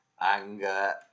Anger